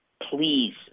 please